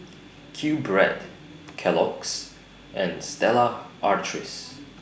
QBread Kellogg's and Stella Artois